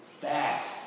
fast